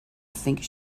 think